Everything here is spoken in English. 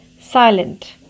silent